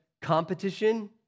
competition